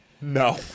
No